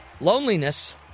loneliness